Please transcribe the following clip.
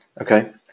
Okay